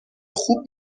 خوب